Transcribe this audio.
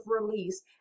release